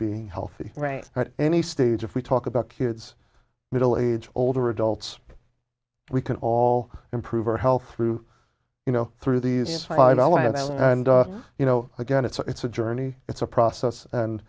being healthy right at any stage if we talk about kids middle age or older adults we can all improve our health through you know through these five taliban and you know again it's a it's a journey it's a process and